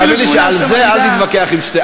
תאמין לי, על זה אל תתווכח עם שטרן.